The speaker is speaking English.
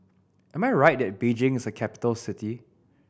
am I right that Beijing is a capital city